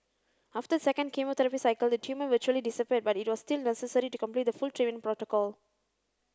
after the second chemotherapy cycle the tumour virtually disappeared but it was still necessary to complete the full treatment protocol